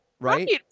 right